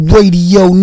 Radio